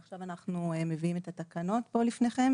ועכשיו אנחנו מביאים את התקנות פה לפניכם,